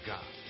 God